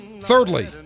Thirdly